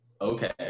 okay